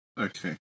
Okay